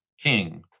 King